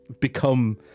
become